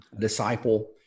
disciple